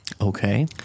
okay